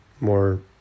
more